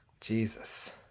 Jesus